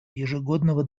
ежегодного